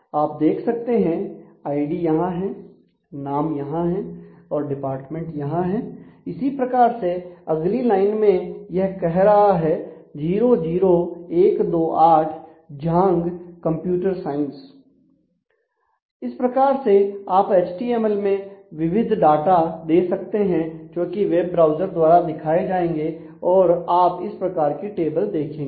आप देख सकते हैं आईडी यहां हैं नाम यहां हैं और डिपार्टमेंट यहां है इसी प्रकार से अगली लाइन में यह कह रहा है 00128 जांग कंप्यूटरसाइंस इस प्रकार से आप एचटीएमएल में विविध डाटा दे सकते हैं जो कि वेब ब्राउज़र द्वारा दिखाए जाएंगे और आप इस प्रकार की टेबल देखेंगे